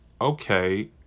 okay